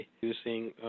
using